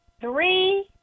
Three